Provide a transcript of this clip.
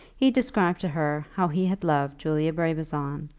he described to her how he had loved julia brabazon,